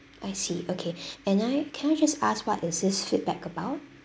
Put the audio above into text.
I see okay and I can I just ask what is this feedback about